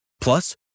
Plus